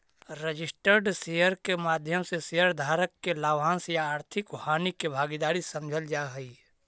registered share के माध्यम से शेयर धारक के लाभांश या आर्थिक हानि के भागीदार समझल जा हइ